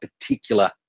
particular